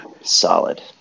Solid